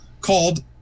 called